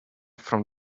from